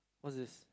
what's this